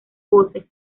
voces